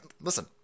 listen